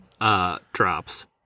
drops